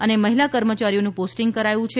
અને મહિલા કર્મચારીઓનું પોસ્ટિંગ કરાયું છે